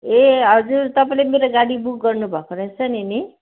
ए हजुर तपाईँले मेरो गाडी बुक गर्नुभएको रहेछ नि नि